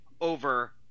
over